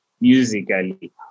musically